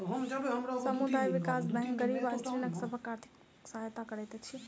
समुदाय विकास बैंक गरीब आ स्त्रीगण सभक आर्थिक सहायता करैत अछि